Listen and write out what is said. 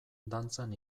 dantzan